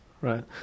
right